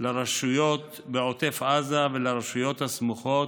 לרשויות בעוטף עזה ולרשויות הסמוכות,